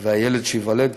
ועל הילד שייוולד,